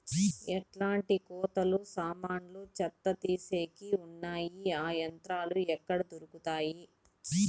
ఎట్లాంటి కోతలు సామాన్లు చెత్త తీసేకి వున్నాయి? ఆ యంత్రాలు ఎక్కడ దొరుకుతాయి?